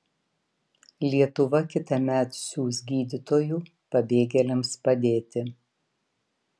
lietuva kitąmet siųs gydytojų pabėgėliams padėti